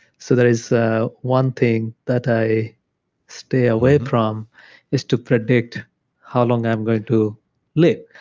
so there is one thing that i stay away from is to predict how long i'm going to live.